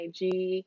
IG